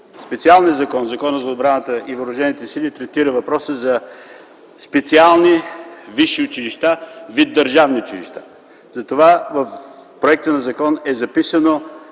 Специалният закон – Законът за отбраната и въоръжените сили, третира въпроса за специални висши училища, вид държавни училища, затова в законопроекта е записано